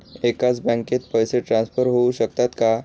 एकाच बँकेत पैसे ट्रान्सफर होऊ शकतात का?